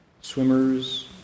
swimmers